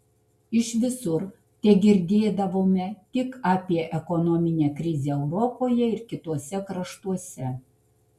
iš visur tegirdėdavome tik apie ekonominę krizę europoje ir kituose kraštuose